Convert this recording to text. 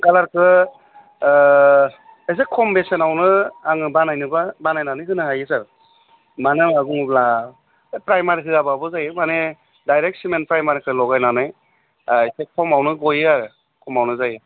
कालारखौ एसे खम बेसेनावनो आङो बानायनोबा बानायनानै होनो हायो सार मानो होन्ना बुङोब्ला प्राइमार होआबाबो जायो माने डाइरेक्त सिमेन्ट प्राइमारखौ लगायनानै एसे खमावनो गयो आरो खमावनो जायो